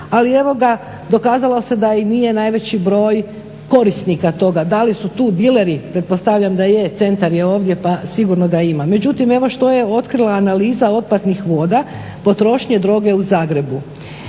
ali evo ga dokazalo se da i nije najveći broj korisnika toga. Da li su tu dileri? Pretpostavljam da je, centar je ovdje pa sigurno da ima. Međutim, evo što je otkrila analiza otpadnih voda potrošnje droge u Zagrebu.